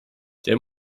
der